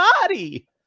body